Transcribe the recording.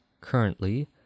currently